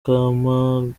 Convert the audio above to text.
gloriose